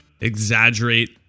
exaggerate